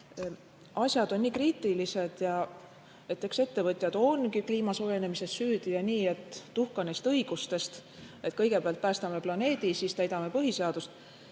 asjad on kriitilised ja et eks ettevõtjad ongi kliima soojenemises süüdi, nii et tuhka neist õigustest, kõigepealt päästame planeedi, siis täidame põhiseadust.